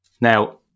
Now